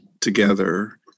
together